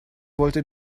wollte